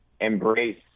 embrace